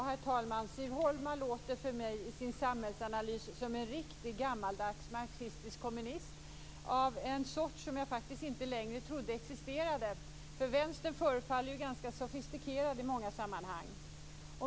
Herr talman! Jag tycker att Siv Holma i sin samhällsanalys låter som en riktig gammaldags marxistisk kommunist av en sort som jag faktiskt inte trodde existerade längre. Vänstern förefaller ju ganska sofistikerad i många sammanhang.